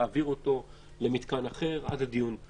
להעביר אותו למתקן אחר עד הדיון.